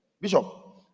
Bishop